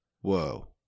Whoa